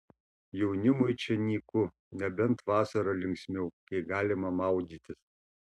jaunimui čia nyku nebent vasarą linksmiau kai galima maudytis